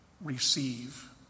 receive